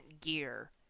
gear